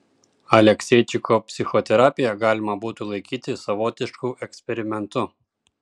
alekseičiko psichoterapiją galima būtų laikyti savotišku eksperimentu